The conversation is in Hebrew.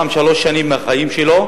איש שבא ותרם שלוש שנים מהחיים שלו,